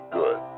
good